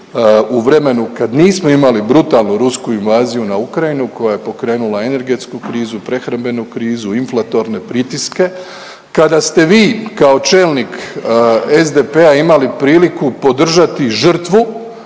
u vremenu kad nismo imali brutalnu rusku invaziju na Ukrajinu koja je pokrenula energetsku krizu, prehrambenu krizu, inflatorne pritiske, kada ste vi kao čelnik SDP-a imali priliku podržati žrtvu